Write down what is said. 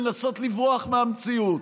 לנסות לברוח מהמציאות,